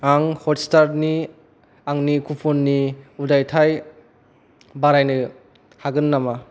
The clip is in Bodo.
आं हट'स्टारनि आंनि कुपुननि उदायथाय बारायनो हागोन नामा